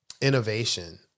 innovation